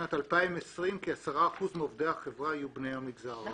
בשנת 2020 כ-10 אחוזים מעובדי החברה יהיו בני המגזר הבדואי".